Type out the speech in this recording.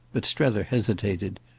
but strether hesitated.